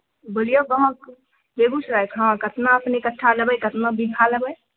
बोलियौ कहाॅंके बेगुसरायके हॅं कतना अपने कट्ठा लेबै कतना बिग्घा लेबै